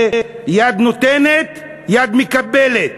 זה יד נותנת, יד מקבלת.